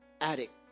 addict